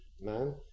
man